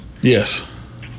Yes